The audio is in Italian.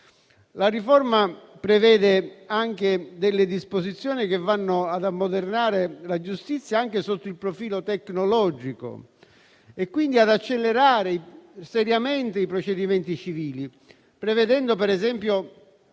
La riforma contiene anche delle disposizioni volte ad ammodernare la giustizia sotto il profilo tecnologico e, quindi, ad accelerare seriamente i procedimenti civili, prevedendo, per esempio,